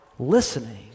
listening